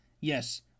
Yes